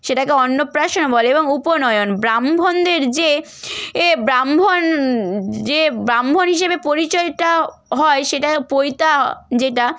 সেটাকে অন্নপ্রাশন বলে এবং উপনয়ন ব্রাহ্মণদের যে এ ব্রাহ্মণ যে ব্রাহ্মণ হিসেবে পরিচয়টা হয় সেটা পৈতা যেটা